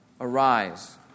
arise